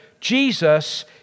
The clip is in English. Jesus